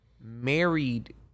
married